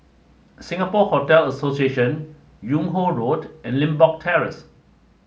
Singapore Hotel Association Yung Ho Road and Limbok Terrace